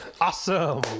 Awesome